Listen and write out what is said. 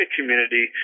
community